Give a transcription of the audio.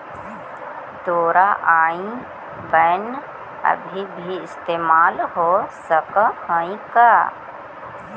तोरा आई बैन अभी भी इस्तेमाल हो सकऽ हई का?